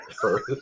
first